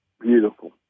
Beautiful